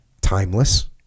timeless